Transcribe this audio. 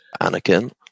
Anakin